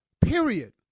Period